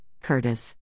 Curtis